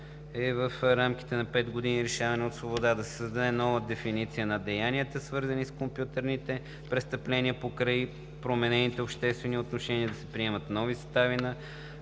е в рамките на пет години лишаване от свобода. 2. Да се създаде нова дефиниция на деянията, свързани с компютърните престъпления покрай променените обществени отношения. 3. Да се приемат нови състави на